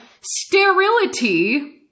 sterility